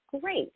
Great